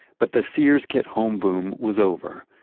but the sears kit home boom was over.